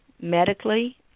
medically